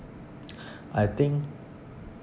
I think